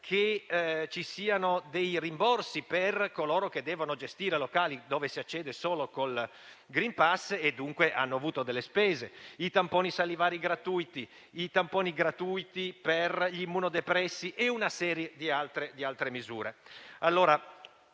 che ci siano rimborsi per coloro che devono gestire locali dove si accede solo con il *green pass* e che, dunque, hanno avuto delle spese; che i tamponi salivari siano gratuiti; che i tamponi siano gratuiti per gli immunodepressi e una serie di altre misure.